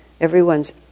everyone's